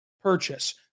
purchase